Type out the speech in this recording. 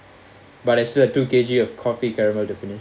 but I still have two K_G of coffee caramel to finish